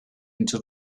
into